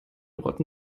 rotten